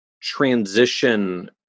transition